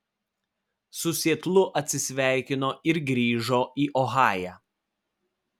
su sietlu atsisveikino ir grįžo į ohają